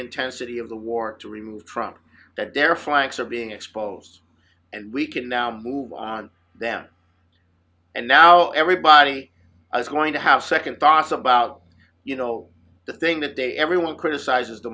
intensity of the war to remove trump that their flanks are being exposed and we can now move them and now everybody is going to have second thoughts about you know the thing that day everyone criticizes the